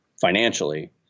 financially